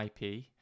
IP